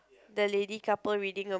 the lady couple reading a